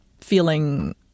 feeling